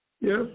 Yes